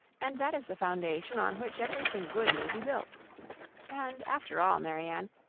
and that is the foundation on which every thing good may be built and after all, marianne,